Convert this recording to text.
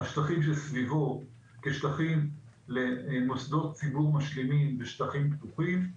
השטחים שסביבו כשטחים למוסדות ציבור משלימים ושטחים פתוחים.